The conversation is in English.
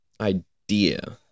idea